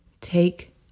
Take